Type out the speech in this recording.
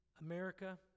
America